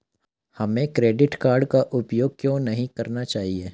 हमें credit card का उपयोग क्यों नहीं करना चाहिए?